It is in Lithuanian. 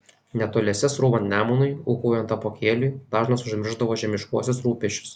netoliese srūvant nemunui ūkaujant apuokėliui dažnas užmiršdavo žemiškuosius rūpesčius